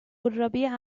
الربيع